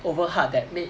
over hard that make